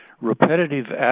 repetitive